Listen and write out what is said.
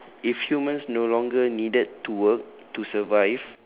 if humans no longer needed to work to survive